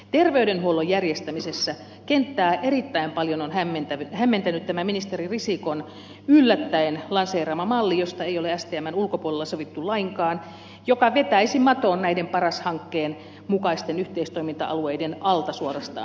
terveydenhuollon järjestämisessä kenttää on erittäin paljon hämmentänyt ministeri risikon yllättäen lanseeraama malli josta ei ole stmn ulkopuolella sovittu lainkaan ja joka vetäisi maton näiden paras hankkeen mukaisten yhteistoiminta alueiden alta suorastaan